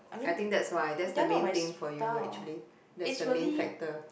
I think that's why that's the main thing for you actually that's the main factor